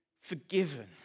forgiven